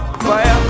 Fire